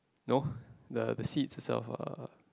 no the the seat itself are